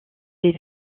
des